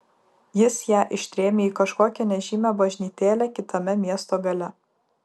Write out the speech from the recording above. jis ją ištrėmė į kažkokią nežymią bažnytėlę kitame miesto gale